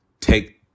take